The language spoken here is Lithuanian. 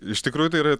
iš tikrųjų tai yra